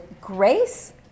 grace